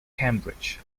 cambridge